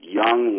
young